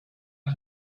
ran